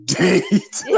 date